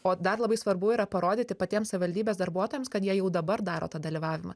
o dar labai svarbu yra parodyti patiems savivaldybės darbuotojams kad jie jau dabar daro tą dalyvavimą